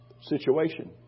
situation